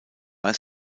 bei